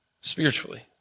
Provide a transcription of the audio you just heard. spiritually